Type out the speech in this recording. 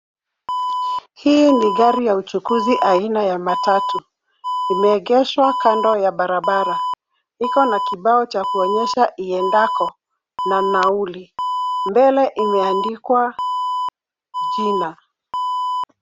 Hii ni gari ya uchukuzi aina ya matatu ime egeshwa kando ya barabara, iko na kibao ionyeshacho iendako na nauli. Mbele ime andikwa jina.